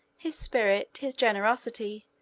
his spirit, his generosity,